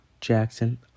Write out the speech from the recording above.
Jackson